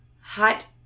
hot